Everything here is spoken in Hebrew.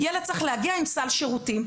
ילד צריך להגיע עם סל שירותים.